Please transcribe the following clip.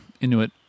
Inuit